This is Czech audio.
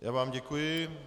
Já vám děkuji.